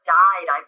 died